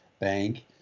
Bank